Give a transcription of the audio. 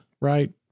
right